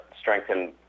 strengthen